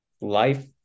life